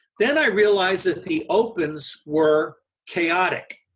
then i realized that the opens were chaotic.